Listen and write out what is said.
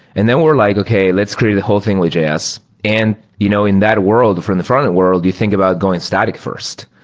and then we're like, okay, let's create the whole thing with js. and you know in that world, from the frontend world, you think about going static fi